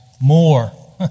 more